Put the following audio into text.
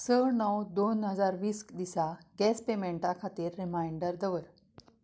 स णव दोन हजार वीस दिसा गॅस पेमेंटा खातीर रिमांयडर दवर